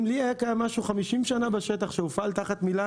אם 50 שנה היה קיים לי בשטח משהו שהופעל תחת המילה